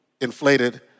inflated